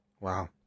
Wow